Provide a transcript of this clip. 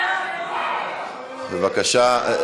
בבקשה.